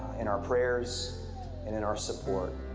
in our prayers, and in our support.